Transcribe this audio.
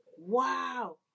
Wow